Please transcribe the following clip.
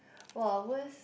!wah! worst